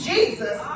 Jesus